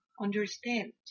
Understand